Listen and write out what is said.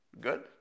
Good